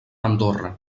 andorra